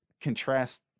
Contrast